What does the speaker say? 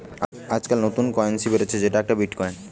আজকাল নতুন কারেন্সি বেরাচ্ছে যেমন একটা বিটকয়েন